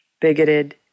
Bigoted